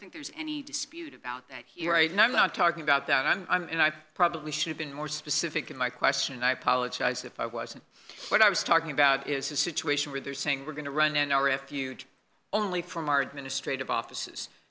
think there's any dispute about that right now i'm not talking about that i mean i probably should've been more specific in my question and i apologize if i wasn't what i was talking about is a situation where they're saying we're going to run our refuge only from our administrative offices